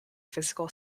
physical